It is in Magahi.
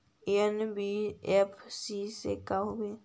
एन.बी.एफ.सी का होब?